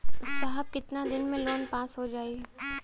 साहब कितना दिन में लोन पास हो जाई?